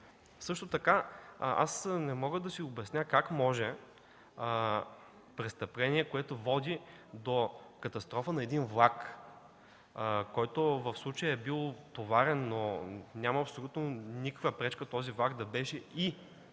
Също така аз не мога да си обясня как може престъпление, което води до катастрофа на един влак, който в случая е бил товарен, но няма абсолютно никаква пречка този влак да беше и